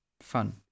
Fun